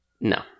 No